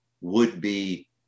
would-be